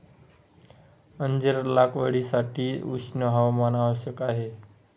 अंजीर लागवडीसाठी उष्ण हवामान आवश्यक आहे